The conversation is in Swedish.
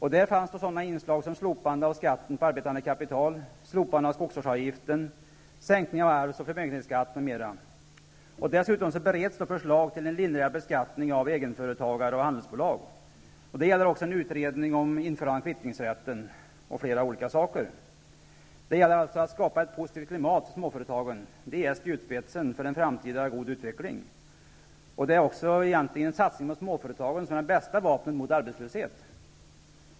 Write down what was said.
I förslagen fanns inslag av slopande av skatten på arbetande kapital, slopande av skogsvårdsavgiften, sänkning av arvsoch förmögenhetsskatten m.m. Förslag om en lindrigare beskattning av egenföretagare och handelsbolag bereds dessutom liksom införande av kvittningsrätten och flera andra saker. Det gäller alltså att skapa ett positivt klimat för småföretagen, vilka är spjutspetsen för en framtida god utveckling. Satsning på småföretag är egentligen det bästa vapnet mot arbetslöshet.